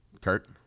Kurt